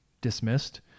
dismissed